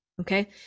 okay